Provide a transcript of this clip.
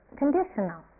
conditional